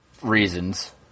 Reasons